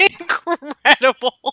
Incredible